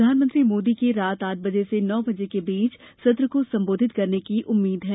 प्रधानमंत्री मोदी के रात आठ बजे से नौ बजे के बीच सत्र को संबोधित करने की आशा है